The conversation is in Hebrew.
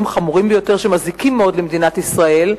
חמורים ביותר שמזיקים מאוד למדינת ישראל.